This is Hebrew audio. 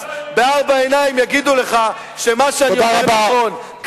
בארבע עיניים יגידו לך שמה שאני אומר נכון.